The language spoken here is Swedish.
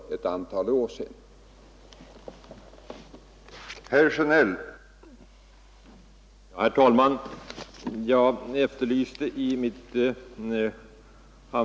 att minska omfattningen av husrivningar i tätorter